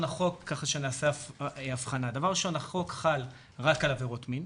החוק חל רק על עבירות מין,